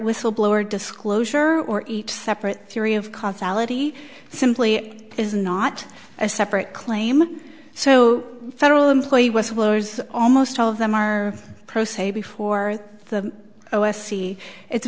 whistleblower disclosure or each separate theory of causality simply is not a separate claim so federal employee whistleblowers almost all of them are pro se before the o s c it's